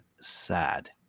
sad